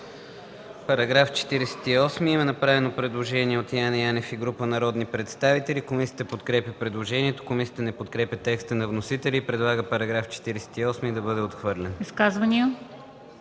По § 48 има направено предложение от Яне Янев и група народни представители. Комисията подкрепя предложението. Комисията не подкрепя текста на вносителя и предлага § 48 да бъде отхвърлен. ПРЕДСЕДАТЕЛ